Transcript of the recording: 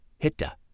Hitta